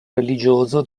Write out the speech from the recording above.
religioso